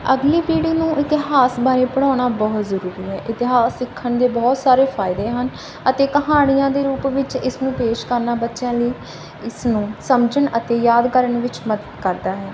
ਅਗਲੀ ਪੀੜ੍ਹੀ ਨੂੰ ਇਤਿਹਾਸ ਬਾਰੇ ਪੜ੍ਹਾਉਣਾ ਬਹੁਤ ਜ਼ਰੂਰੀ ਹੈ ਇਤਿਹਾਸ ਸਿੱਖਣ ਦੇ ਬਹੁਤ ਸਾਰੇ ਫਾਇਦੇ ਹਨ ਅਤੇ ਕਹਾਣੀਆਂ ਦੇ ਰੂਪ ਵਿੱਚ ਇਸ ਨੂੰ ਪੇਸ਼ ਕਰਨਾ ਬੱਚਿਆਂ ਲਈ ਇਸ ਨੂੰ ਸਮਝਣ ਅਤੇ ਯਾਦ ਕਰਨ ਵਿੱਚ ਮਦਦ ਕਰਦਾ ਹੈ